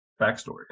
backstory